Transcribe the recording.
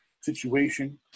situation